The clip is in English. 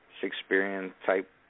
Shakespearean-type